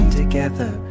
together